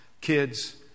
Kids